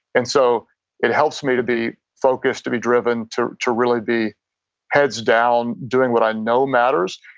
and so it helps me to be focused, to be driven, to to really be heads down, doing what i know matters.